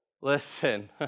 listen